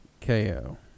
KO